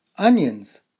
Onions